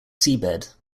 seabed